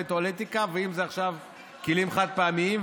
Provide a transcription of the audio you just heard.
טואלטיקה ואם זה עכשיו בכלים חד-פעמיים,